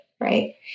Right